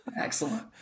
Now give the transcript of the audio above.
excellent